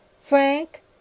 Frank